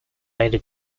later